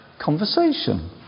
conversation